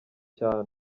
cyane